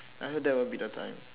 I heard that will be the time